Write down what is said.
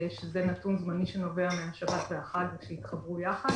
שזה נתון זמני שנובע מכך שהשבת והחג התחברו יחד,